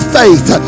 faith